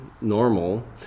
normal